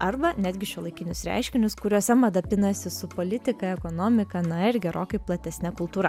arba netgi šiuolaikinius reiškinius kuriuose mada pinasi su politika ekonomika na ir gerokai platesne kultūra